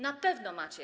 Na pewno macie.